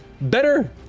Better